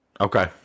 Okay